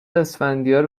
اسفندیار